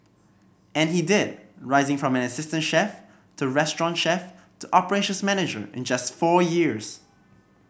and he did rising from an assistant chef to restaurant chef to operations manager in just four years